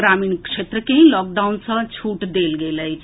ग्रामीण क्षेत्र के लॉकडाउन सँ छूट देल गेल अछि